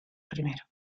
primero